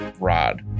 rod